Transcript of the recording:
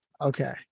Okay